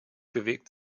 bewegt